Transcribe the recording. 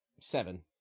Seven